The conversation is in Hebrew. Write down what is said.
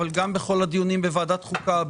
אבל גם בכל הדיונים בוועדת חוקה,